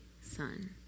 son